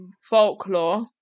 Folklore